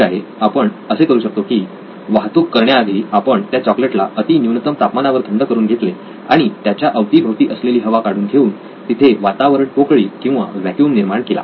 ठीक आहे आपण असे करू शकतो की वाहतूक करण्याआधी आपण त्या चॉकलेट्ला अति न्यूनतम तापमान वर थंड करून घेतले आणि त्याच्या अवतीभवती असलेली हवा काढून घेऊन तिथे वातावरण पोकळी किंवा व्हॅक्यूम निर्माण केला